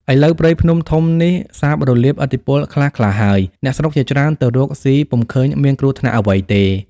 ឥឡូវព្រៃភ្នំធំនេះ សាបរលាបឥទ្ធិពលខ្លះៗហើយ អ្នកស្រុកជាច្រើនទៅរកស៊ីពំុឃើញមានគ្រោះថ្នាក់អ្វីទេ។